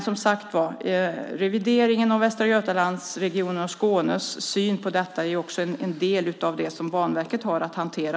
Som sagt: Revideringen av Västra Götalandsregionen och Skånes syn på detta är också en del av det som Banverket nu har att hantera.